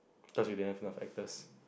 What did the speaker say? cause she didn't fail actors